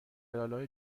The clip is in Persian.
آلا